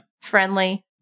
Friendly